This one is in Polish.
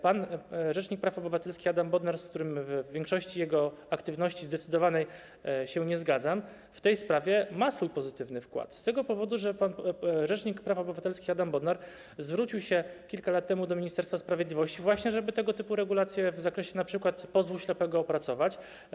Pan rzecznik praw obywatelskich Adam Bodnar, z którym w zdecydowanej większości jego aktywności się nie zgadzam, w tej sprawie ma swój pozytywny wkład - z tego powodu, że pan rzecznik praw obywatelskich Adam Bodnar zwrócił się kilka lat temu do Ministerstwa Sprawiedliwości właśnie po to, żeby tego typu regulacje w zakresie np. ślepego pozwu opracować.